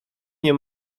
nie